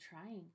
trying